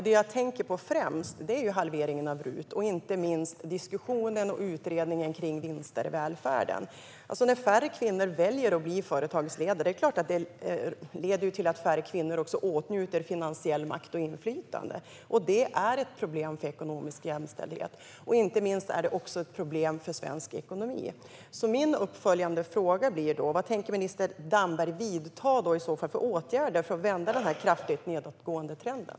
Det jag främst tänker på är halveringen av RUT och inte minst diskussionen och utredningen kring vinster i välfärden. När färre kvinnor väljer att bli företagsledare leder det också till att färre kvinnor åtnjuter finansiell makt och inflytande. Det är ett problem i fråga om ekonomisk jämställdhet. Inte minst är det också ett problem för svensk ekonomi. Min uppföljande fråga blir då: Vad tänker minister Damberg vidta för åtgärder för att vända den kraftigt nedåtgående trenden?